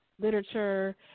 literature